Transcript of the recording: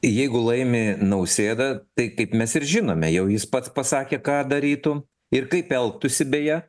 jeigu laimi nausėda tai kaip mes ir žinome jau jis pats pasakė ką darytų ir kaip elgtųsi beje